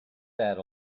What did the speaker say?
that